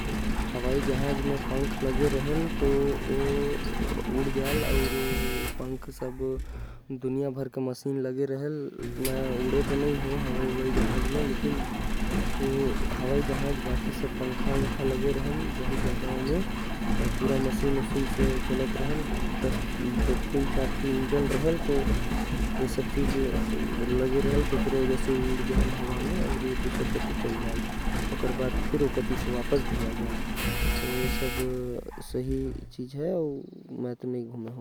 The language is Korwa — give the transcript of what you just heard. प्लेन म मैं कभी बैठे तो नही हो लेकिन प्लेन म पंख लग। रहेल जेकर वजह से ओ हर उड़थे। ओकर म इंजन पंखा अउ दु तीन ठो अउ समान होथे। जेकर वजह से एरोप्लेन हर उड़थे।